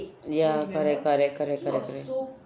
ya correct correct correct correct correct